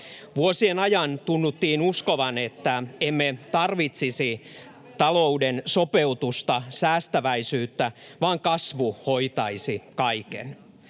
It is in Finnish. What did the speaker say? Vuosien ajan tunnuttiin uskovan, että emme tarvitsisi talouden sopeutusta, säästäväisyyttä, vaan kasvu hoitaisi kaiken.